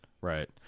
right